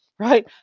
right